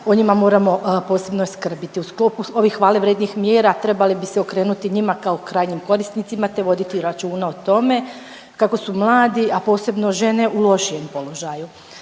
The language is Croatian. o njima moramo posebno skrbiti. U sklopu ovih hvale vrijednih mjera trebali bi se okrenuti njima kao krajnjim korisnicima te voditi računa o tome kako su mladi, a posebno žene u lošijem položaju.